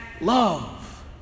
love